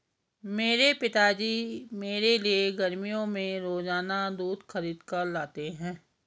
मेरे पिताजी मेरे लिए गर्मियों में रोजाना दूध खरीद कर लाते हैं